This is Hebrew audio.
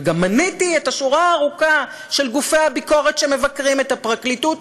וגם מניתי את השורה הארוכה של גופי הביקורת שמבקרים את הפרקליטות,